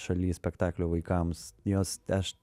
šaly spektaklio vaikams jos aš